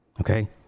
okay